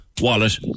wallet